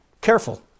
Careful